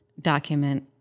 document